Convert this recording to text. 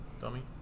Dummy